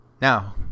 now